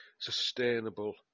sustainable